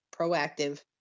proactive